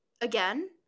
Again